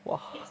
!wah!